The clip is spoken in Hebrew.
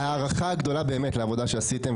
הערכה גדולה באמת לעבודה שעשיתם.